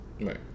right